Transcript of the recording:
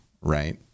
right